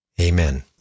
Amen